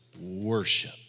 worship